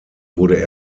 wurde